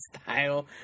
style